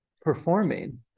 performing